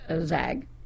Zag